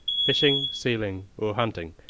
fishing, sealing, or hunting,